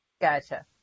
Gotcha